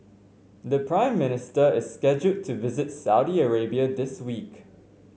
the Prime Minister is scheduled to visit Saudi Arabia this week